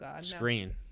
screen